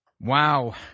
Wow